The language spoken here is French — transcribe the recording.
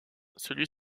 celui